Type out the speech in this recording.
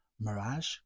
mirage